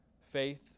faith